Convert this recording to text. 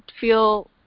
feel